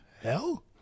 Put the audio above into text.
hell